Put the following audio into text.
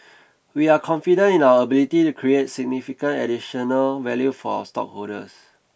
we are confident in our ability to create significant additional value for stockholders